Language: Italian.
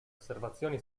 osservazioni